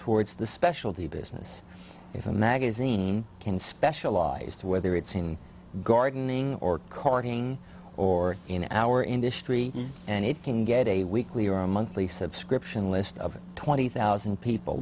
towards the special business if a magazine can specialize to whether it's in gardening or courting or in our industry and it can get a weekly or monthly subscription list of twenty thousand people